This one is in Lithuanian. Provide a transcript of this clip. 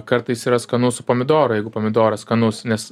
kartais yra skanu su pomidoru jeigu pomidoras skanus nes